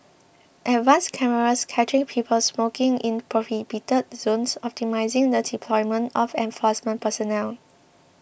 advanced cameras catching people smoking in prohibited zones optimising the deployment of enforcement personnel